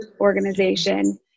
organization